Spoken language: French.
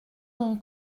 mon